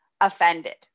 offended